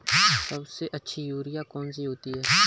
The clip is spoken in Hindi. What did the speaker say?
सबसे अच्छी यूरिया कौन सी होती है?